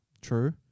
True